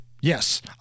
Yes